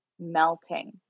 melting